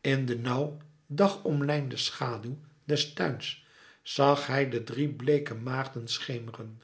in de nauw dagomlijnde schaduw des tuins zag hij de drie bleeke maagden schemeren